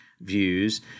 views